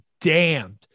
damned